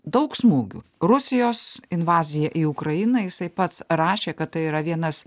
daug smūgių rusijos invazija į ukrainą jisai pats rašė kad tai yra vienas